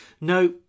no